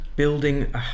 building